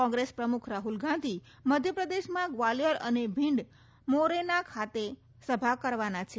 કોંગ્રેસ પ્રમુખ રાહલ ગાંધી મધ્યપ્રદેશમાં ગ્વાલિયર અને ભીંડ મોરેના ખાતે સભા કરવાના છે